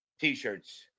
t-shirts